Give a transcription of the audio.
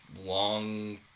long